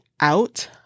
out